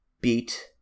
beat